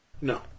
No